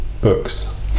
books